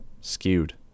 Skewed